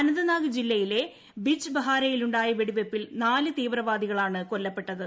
ആന്ത്നാഗ് ജില്ലയിലെ ബിജ്ബെഹാരയിലുണ്ടായ വെടിവെപ്പിൽ നാല് തീവ്രവാദികളാണ് കൊല്ലപ്പെട്ടത്